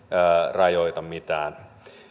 rajoita mitään